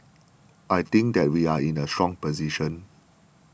I think that we are in a strong position